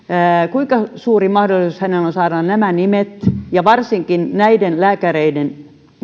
kuinka suuri mahdollisuus hänellä on saada tietoonsa nämä nimet ja varsinkin näiden lääkäreiden